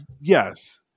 Yes